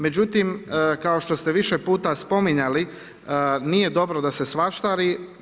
Međutim, kao što ste više puta spominjali nije dobro da se svaštari.